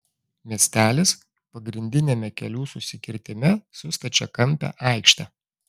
miestelis pagrindiniame kelių susikirtime su stačiakampe aikšte